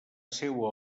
seua